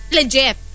Legit